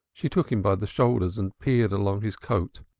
she took him by the shoulders, and peered along his coat.